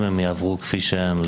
אם הן כן יעברו כפי שהן,